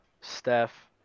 Steph